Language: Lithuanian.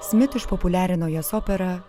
smit išpopuliarino jos opera